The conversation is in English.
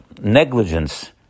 negligence